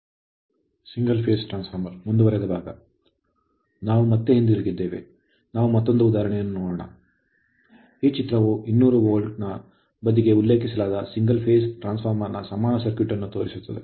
ನಾವು ಮತ್ತೆ ಹಿಂತಿರುಗಿದ್ದೇವೆ ನಾವು ಮತ್ತೊಂದು ಉದಾಹರಣೆಯನ್ನು ನೋಡೋಣ ಈ ಚಿತ್ರವು 200 ವೋಲ್ಟ್ನ low voltage ಕಡಿಮೆ ವೋಲ್ಟೇಜ್ ಬದಿಗೆ ಉಲ್ಲೇಖಿಸಲಾದ single phase ಏಕ ಹಂತದ ಟ್ರ್ನ್ಸಫಾರ್ಮರ್ ಸಮಾನ ಸರ್ಕ್ಯೂಟ್ ಅನ್ನು ತೋರಿಸುತ್ತದೆ